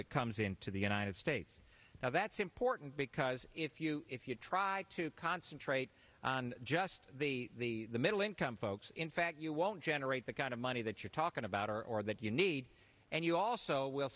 that comes into the united states now that's important because if you if you try to concentrate on just the middle income folks in fact you won't generate the kind of money that you're talking about or or that you need and you also will